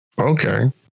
okay